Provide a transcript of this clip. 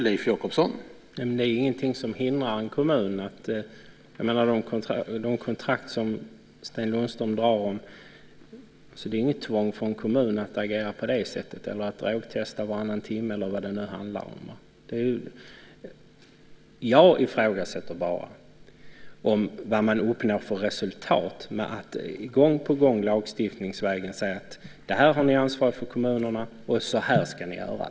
Herr talman! Det finns ingenting som hindrar en kommun att göra detta när det gäller de kontrakt som Sten Lundström drar. Det finns inget tvång för en kommun att agera på det sättet, att drogtesta varannan timme eller vad det nu handlar om. Jag ifrågasätter bara vad man uppnår för resultat med att gång på gång lagstiftningsvägen säga att detta har kommunerna ansvar för och så här ska de göra.